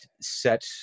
set